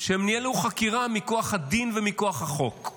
שהם ניהלו חקירה מכוח הדין ומכוח החוק.